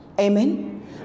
amen